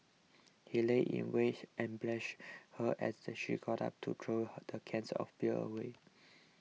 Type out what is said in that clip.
he lay in wait and ambushed her as she got up to throw the cans of beer away